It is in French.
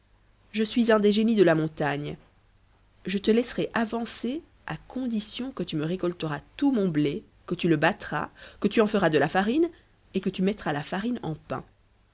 je suis un des génies de la montagne je te laisserai avancer à condition que tu me récolteras tout mon blé que tu le battras que tu en feras de la farine et que tu mettras la farine en pains